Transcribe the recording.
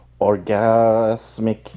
orgasmic